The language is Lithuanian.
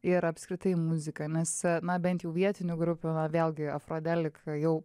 ir apskritai muziką nes na bent jau vietinių grupių vėlgi afrodelika jau